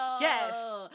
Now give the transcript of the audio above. yes